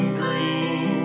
dream